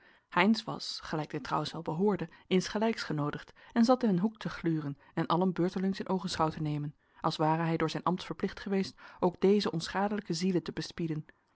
heynsz was gelijk dit trouwens wel behoorde insgelijks genoodigd en zat in een hoek te gluren en allen beurtelings in oogenschouw te nemen als ware hij door zijn ambt verplicht geweest ook deze onschadelijke zielen te bespieden